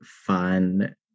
fun